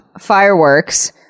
fireworks